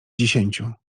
dziesięciu